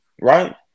right